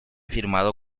firmado